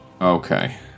Okay